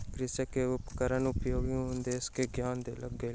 कृषक के उपकरण उपयोगक अनुदेश के ज्ञान देल गेल